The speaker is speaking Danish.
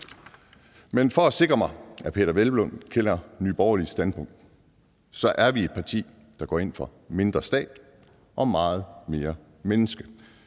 Men for at sikre mig, at hr. Peder Hvelplund kender Nye Borgerliges standpunkt, vil jeg sige, at vi er et parti, der går ind for mindre stat og meget mere menneske,